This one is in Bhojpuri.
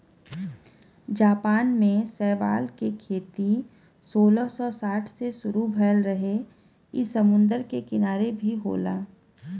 जापान में शैवाल के खेती सोलह सौ साठ से शुरू भयल रहे इ समुंदर के किनारे भी होला